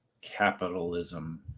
Capitalism